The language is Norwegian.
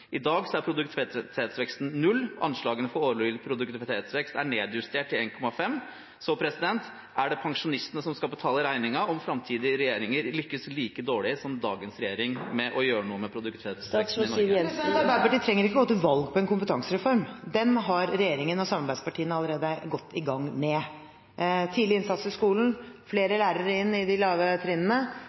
I dag er produktivitetsveksten null, og anslagene for årlig produktivitetsvekst er nedjustert til 1,5 pst. Er det pensjonistene som skal betale regningen om framtidige regjeringer lykkes like dårlig som dagens regjering i å gjøre noe med produktivitetsveksten i Norge? Arbeiderpartiet trenger ikke gå til valg på en kompetansereform. Den er regjeringen og samarbeidspartiene allerede godt i gang med – tidlig innsats i skolen, flere lærere inn i de lave trinnene,